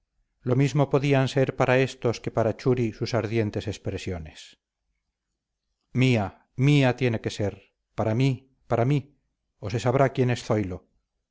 lo mismo podían ser para estos que para churi sus ardientes expresiones mía mía tiene que ser para mí para mí o se sabrá quién es zoilo aunque no